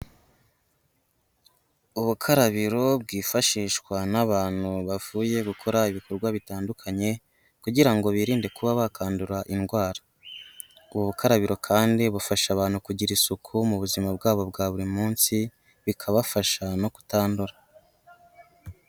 Ubukarabiro bwifashishwa n'abantu bavuye gukora ibikorwa bitandukanye kugira ngo birinde kuba bakwandura indwara, ubwo bukarabiro kandi bufasha abantu kugira isuku mu buzima bwabo bwa buri munsi bikabafasha no kutandura.